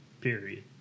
period